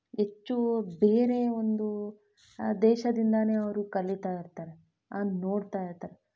ಹೆಚ್ಚು ಬೇರೆ ಒಂದು ದೇಶದಿಂದಾನೆ ಅವರು ಕಲೀತಾ ಇರ್ತಾರೆ ನಾನು ನೋಡ್ತಾ ಇದ್ದೆ